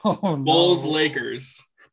Bulls-Lakers